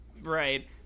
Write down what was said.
right